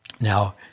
Now